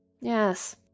Yes